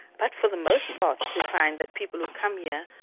but for the most part we find that people who come yeah